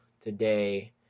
today